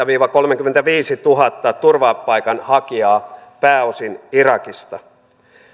viiva kolmekymmentäviisituhatta turvapaikanhakijaa pääosin irakista